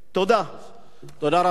אני חושב שהזכות להתאגד,